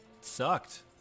sucked